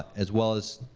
as well as,